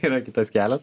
yra kitas kelias